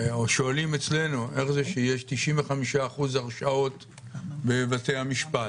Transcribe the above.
שואלים אצלנו איך זה שיש 95% הרשעות בבתי המשפט.